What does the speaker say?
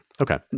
Okay